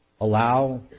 allow